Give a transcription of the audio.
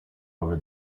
over